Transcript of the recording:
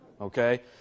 Okay